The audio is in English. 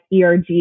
ERG